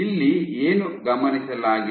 ಇಲ್ಲಿ ಏನು ಗಮನಿಸಲಾಗಿದೆ